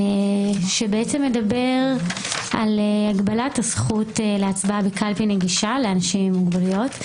לחוק שמדבר על הגבלת הזכות להצבעה בקלפי נגישה לאנשים עם מוגבלויות.